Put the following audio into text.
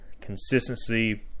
consistency